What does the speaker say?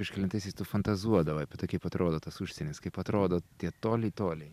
kažkelintaisiais tu fantazuodavai apie tai kaip atrodo tas užsienis kaip atrodo tie toliai toliai